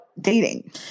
dating